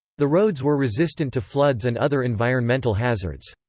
the roads were resistant to floods and other environmental hazards.